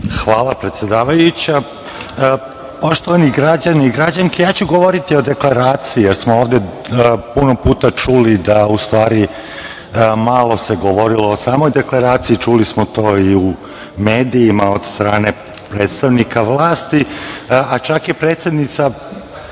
Hvala predsedavajuća. Poštovani građani i građanke, ja ću govoriti o deklaraciji jer smo ovde puno puta čuli da ustvari malo se govorilo o samoj deklaraciji, čuli smo to i u medijima od strane predstavnika vlasti, pa čak i predsednica